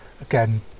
again